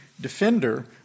defender